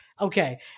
Okay